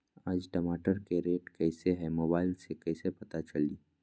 आज टमाटर के रेट कईसे हैं मोबाईल से कईसे पता चली?